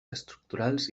estructurals